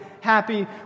happy